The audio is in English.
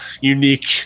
unique